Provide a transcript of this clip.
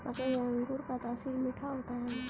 पके हुए अंगूर का तासीर मीठा होता है